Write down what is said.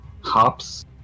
hops